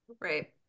Right